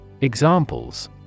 Examples